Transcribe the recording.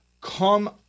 come